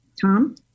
Tom